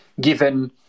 given